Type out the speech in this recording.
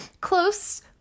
close